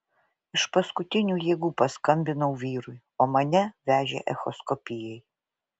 iš paskutinių jėgų paskambinau vyrui o mane vežė echoskopijai